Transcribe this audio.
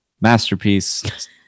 masterpiece